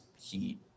Heat